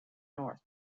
north